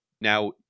Now